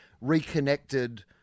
reconnected